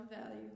value